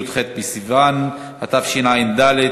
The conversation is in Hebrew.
י"ח בסיוון תשע"ד,